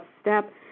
step